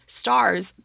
stars